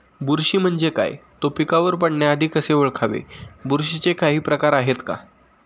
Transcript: बुरशी म्हणजे काय? तो पिकावर पडण्याआधी कसे ओळखावे? बुरशीचे काही प्रकार आहेत का?